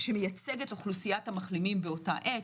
שמייצג את אוכלוסיית המחלימים באותה עת,